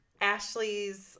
Ashley's